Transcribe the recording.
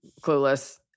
Clueless